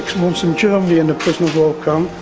months in germany in the prisoner of war camp,